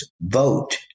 vote